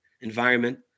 environment